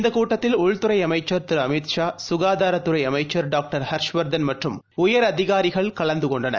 இந்தகூட்டத்தில் உள்துறைஅமைச்சர் திருஅமித்ஷா சுகாதாரத்துறைஅமைச்சர் டாக்டர் ஹர்ஷவர்தன் மற்றும் உயரதிகாரிகள் கலந்துகொண்டனர்